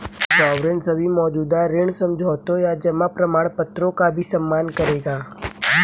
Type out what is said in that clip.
sovereign सभी मौजूदा ऋण समझौतों या जमा प्रमाणपत्रों का भी सम्मान करेगा